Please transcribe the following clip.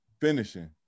Finishing